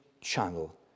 channel